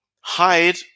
hide